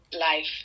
life